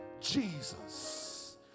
Jesus